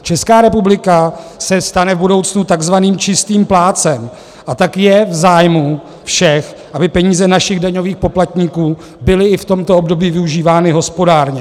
Česká republika se stane v budoucnu takzvaným čistým plátcem, a tak je v zájmu všech, aby peníze našich daňových poplatníků byly i v tomto období využívány hospodárně.